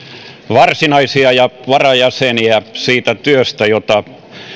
varsinaisia ja varajäseniä siitä työstä jota